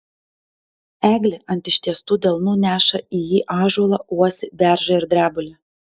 eglė ant ištiestų delnų neša į jį ąžuolą uosį beržą ir drebulę